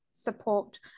support